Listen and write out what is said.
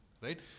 right